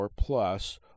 plus